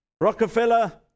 rockefeller